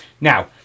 Now